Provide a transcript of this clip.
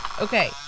Okay